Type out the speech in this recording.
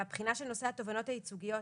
והבחינה של נושא התובענות הייצוגיות,